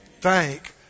thank